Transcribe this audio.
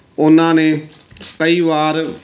ਉਨ੍ਹਾਂ ਨੇ ਕਈ ਵਾਰ